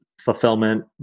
fulfillment